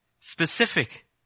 Specific